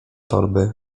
torby